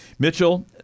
Mitchell